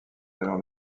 alors